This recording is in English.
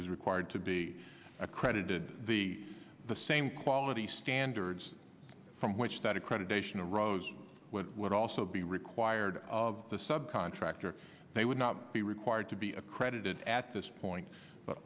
requires required to be accredited the the same quality standards from which that accreditation arose what would also be required of the sub contractor they would not be required to be accredited at this point but